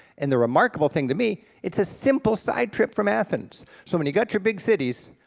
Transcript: and the remarkable thing to me, it's a simple side trip from athens. so when you got your big cities,